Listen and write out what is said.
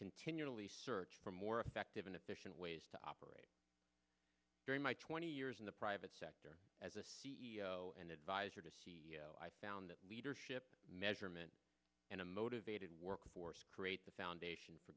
continually search for more effective and efficient ways to operate during my twenty years in the private sector as a c e o and advisor to see i found that leadership measurement and a motivated workforce create the foundation for